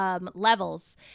Levels